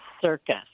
circus